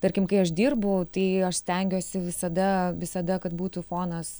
tarkim kai aš dirbu tai aš stengiuosi visada visada kad būtų fonas